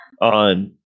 on